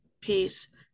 peace